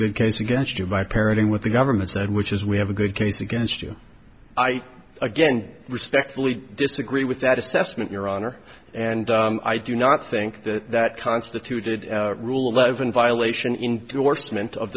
good case against you by parroting what the government said which is we have a good case against you i again respectfully disagree with that assessment your honor and i do not think that that constituted rule eleven violation